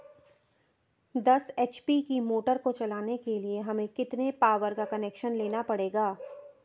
दस एच.पी की मोटर को चलाने के लिए हमें कितने पावर का कनेक्शन लेना पड़ेगा?